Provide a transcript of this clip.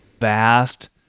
vast